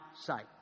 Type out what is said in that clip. sight